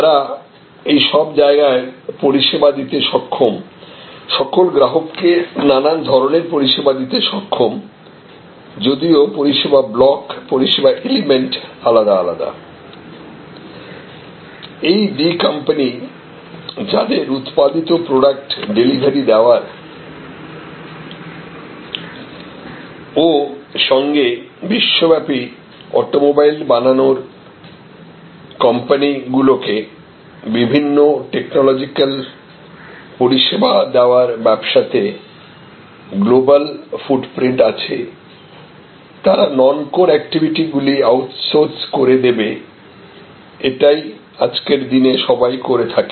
তারা এই সব জায়গায় পরিষেবা দিতে সক্ষম সকল গ্রাহককে নানান ধরনের পরিষেবা দিতে সক্ষম যদিও পরিষেবা ব্লক পরিষেবা এলিমেন্ট আলাদা আলাদা এই D কোম্পানি যাদের উৎপাদিত প্রোডাক্ট ডেলিভারি দেওয়ার ও সঙ্গে বিশ্বব্যাপী অটোমোবাইল বানানোর কোম্পানি গুলিকে বিভিন্ন টেকনোলজিক্যাল পরিষেবা দেওয়ার ব্যবসাতে গ্লোবাল ফুটপৃন্ট আছে তারা নন কোর অ্যাক্টিভিটি গুলি আউটসোর্স করে দেবে এটাই আজকের দিনে সবাই করে থাকে